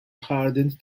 hardened